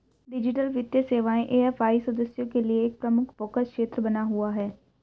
digital वित्तीय सेवाएं AFI सदस्यों के लिए एक प्रमुख फोकस क्षेत्र बना हुआ है